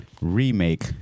remake